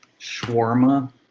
shawarma